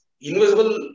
invisible